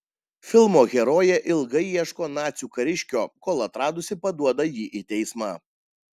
filmo herojė ilgai ieško nacių kariškio kol atradusi paduoda jį į teismą